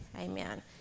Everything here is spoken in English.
Amen